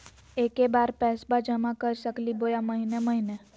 एके बार पैस्बा जमा कर सकली बोया महीने महीने?